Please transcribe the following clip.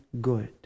good